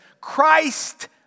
Christ